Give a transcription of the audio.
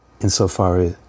insofar